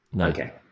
Okay